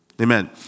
amen